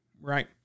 right